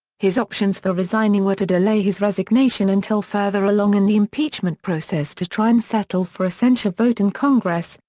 his options for resigning were to delay his resignation until further along in the impeachment process to try and settle for a censure vote in congress,